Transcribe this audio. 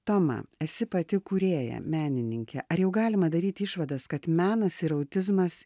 toma esi pati kūrėja menininkė ar jau galima daryt išvadas kad menas ir autizmas